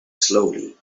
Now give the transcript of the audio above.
slowly